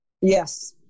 Yes